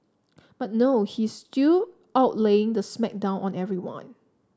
but no he is still out laying the smack down on everyone